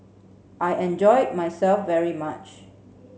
I enjoyed myself very much